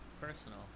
Personal